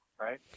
Right